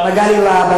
חבר הכנסת מגלי והבה,